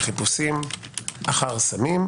לחיפושים אחר סמים,